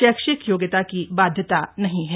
शैक्षिक योग्यता की बाध्यता नहीं है